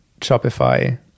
Shopify